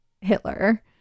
Hitler